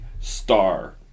star